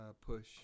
push